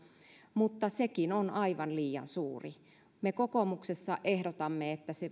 mutta sekin on aivan liian suuri me kokoomuksessa ehdotamme että se